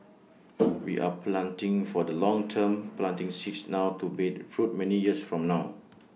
we are planting for the long term planting seeds now to bear fruit many years from now